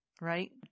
Right